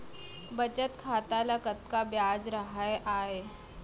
बचत खाता ल कतका ब्याज राहय आय?